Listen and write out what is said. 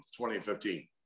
2015